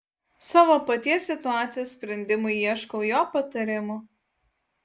savo paties situacijos sprendimui ieškau jo patarimo